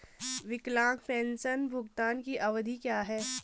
विकलांग पेंशन भुगतान की अवधि क्या है?